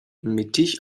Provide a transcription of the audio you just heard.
mittig